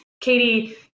Katie